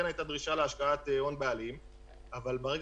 כן היתה דרישה להשקעת הון בעלים; אבל ברגע